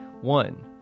One